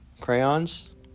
Crayons